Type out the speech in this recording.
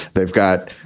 they've got,